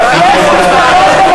אדוני שר האוצר,